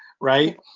right